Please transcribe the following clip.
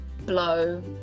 blow